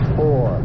four